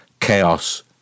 chaos